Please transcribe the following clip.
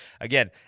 again